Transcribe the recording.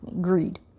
greed